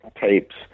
tapes